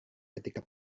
ketika